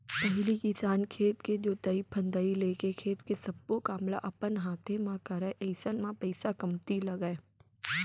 पहिली किसान खेत के जोतई फंदई लेके खेत के सब्बो काम ल अपन हाते म करय अइसन म पइसा कमती लगय